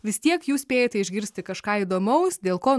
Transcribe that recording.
vis tiek jūs spėjate išgirsti kažką įdomaus dėl ko